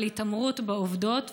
אבל התעמרות בעובדות,